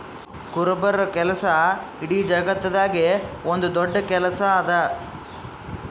ಕುರುಬರ ಕೆಲಸ ಇಡೀ ಜಗತ್ತದಾಗೆ ಒಂದ್ ದೊಡ್ಡ ಕೆಲಸಾ ಅದಾ